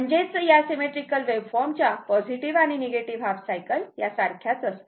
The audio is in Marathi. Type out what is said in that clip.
म्हणजेच या सिमेट्रीकल वेव्हफॉर्म च्या पॉझिटिव्ह आणि निगेटिव्ह हाफ सायकल या सारख्याच असतात